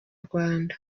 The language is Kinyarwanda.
rwanda